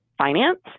Finance